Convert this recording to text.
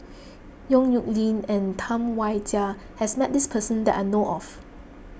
Yong Nyuk Lin and Tam Wai Jia has met this person that I know of